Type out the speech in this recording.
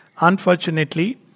unfortunately